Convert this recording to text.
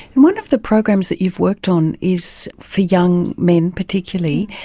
one of the programs that you've worked on is for young men particularly,